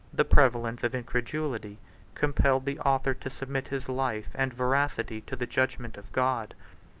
the prevalence of incredulity compelled the author to submit his life and veracity to the judgment of god.